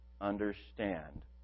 understand